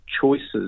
choices